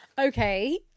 Okay